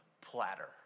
platter